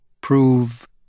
Prove